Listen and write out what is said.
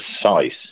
precise